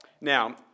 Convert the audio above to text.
Now